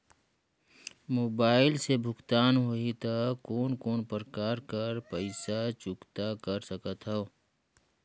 Mobile से भुगतान होहि त कोन कोन प्रकार कर पईसा चुकता कर सकथव?